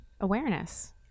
awareness